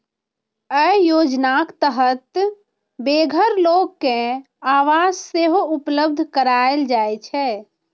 अय योजनाक तहत बेघर लोक कें आवास सेहो उपलब्ध कराएल जाइ छै